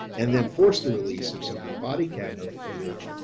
and then forced the release of some of the body camera footage.